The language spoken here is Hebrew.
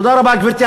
תודה רבה, גברתי.